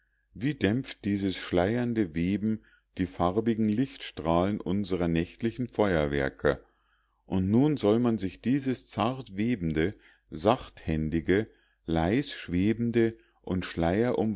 wie dämpft dieses schleiernde weben die farbigen lichtstrahlen unsrer nächtlichen feuerwerker und nun soll man sich dieses zartwebende sachthändige leisschwebende und